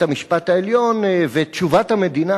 לבית-המשפט העליון ותשובת המדינה,